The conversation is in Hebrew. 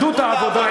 אחדות העבודה,